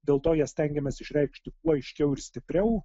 dėl to ją stengiamės išreikšti kuo aiškiau ir stipriau